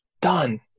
done